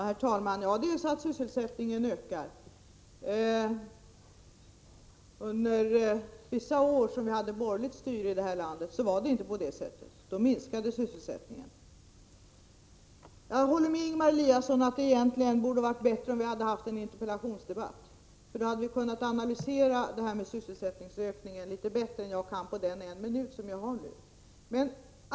Herr talman! Ja, det är så att sysselsättningen ökar. Under vissa år som vi hade borgerligt styre i det här landet var det inte på det sättet; då minskade sysselsättningen. Jag håller med Ingemar Eliasson om att det hade varit bättre om vi hade haft en interpellationsdebatt, för då hade vi litet bättre kunnat analysera sysselsättningsökningen än vad jag kan på den minut som jag nu har till mitt förfogande.